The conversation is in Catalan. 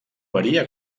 varia